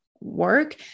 work